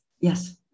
Yes